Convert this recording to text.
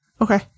Okay